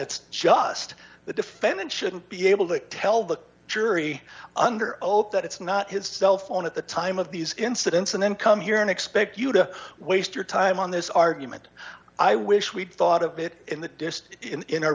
that's just the defendant shouldn't be able to tell the jury under oath that it's not his cell phone at the time of these incidents and then come here and expect you to waste your time on this argument i wish we'd thought of it in the in our